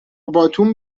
باتوم